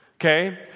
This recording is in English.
Okay